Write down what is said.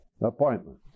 appointment